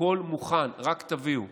הכול מוכן, רק תביאו.